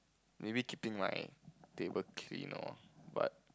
maybe keeping my table clean or what